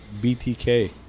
BTK